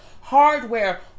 hardware